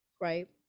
right